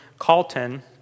calton